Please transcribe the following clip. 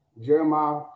Jeremiah